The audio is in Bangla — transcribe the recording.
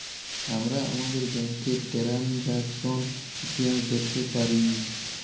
আমরা আমাদের ব্যাংকের টেরানযাকসন ইতিহাস দ্যাখতে পারি